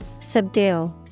Subdue